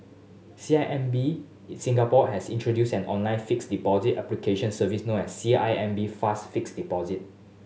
C I M B Singapore has introduced an online fixed deposit application service known as C I M B Fast Fixed Deposit